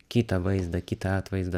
kitą vaizdą kitą atvaizdą